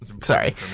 Sorry